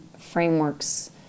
frameworks